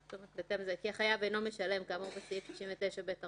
כי החייב אינו משלם כאמור בסעיף 69ב14,